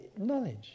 knowledge